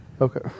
Okay